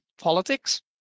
politics